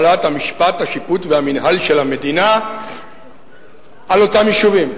המשפט, השיפוט והמינהל של המדינה על אותם יישובים.